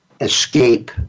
escape